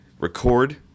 record